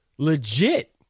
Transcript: Legit